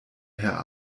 herr